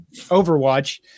Overwatch